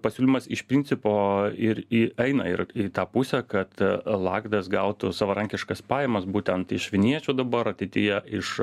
pasiūlymas iš principo ir į eina ir į tą pusę kad lagdas gautų savarankiškas pajamas būtent iš vinječių dabar ateityje iš